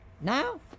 Now